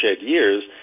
years